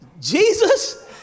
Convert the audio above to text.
Jesus